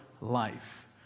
Life